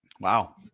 Wow